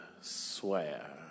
swear